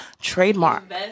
Trademark